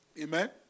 Amen